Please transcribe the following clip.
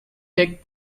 take